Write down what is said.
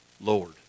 Lord